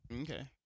Okay